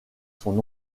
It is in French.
son